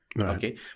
okay